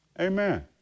Amen